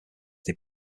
they